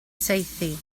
saethu